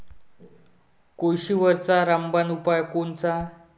कोळशीवरचा रामबान उपाव कोनचा?